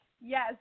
Yes